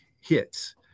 hits